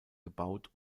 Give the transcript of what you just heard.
gebaut